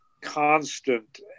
constant